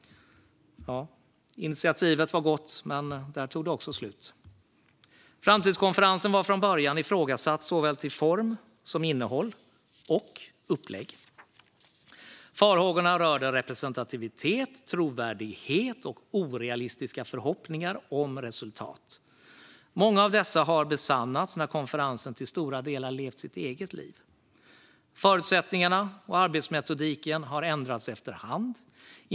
Initiativet var gott, men där tog det också slut. Framtidskonferensen var från början ifrågasatt såväl till form som innehåll och upplägg. Farhågorna rörde representativitet, trovärdighet och orealistiska förhoppningar om resultat. Många av dessa har besannats när konferensen till stora delar levt sitt eget liv. Förutsättningarna och arbetsmetodiken har ändrats efter hand.